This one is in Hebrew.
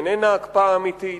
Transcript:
איננה הקפאה אמיתית.